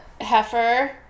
heifer